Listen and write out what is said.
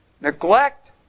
neglect